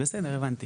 בסדר הבנתי.